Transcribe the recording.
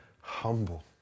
humble